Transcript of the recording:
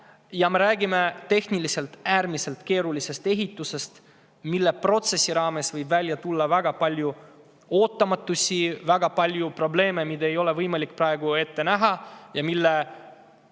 ja me räägime tehniliselt äärmiselt keerulisest ehitusest. Selle protsessi käigus võib välja tulla väga palju ootamatusi, väga palju probleeme, mida ei ole võimalik praegu ette näha ja mille